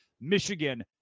Michigan